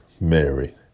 Mary